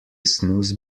snooze